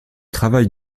travail